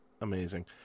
amazing